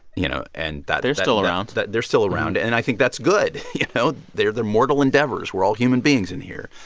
you know? and that. they're still around they're still around. and i think that's good, you know? they're they're mortal endeavors. we're all human beings in here.